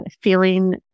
feeling